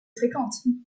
fréquentes